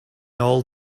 all